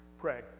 Pray